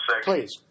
Please